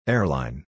Airline